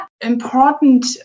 important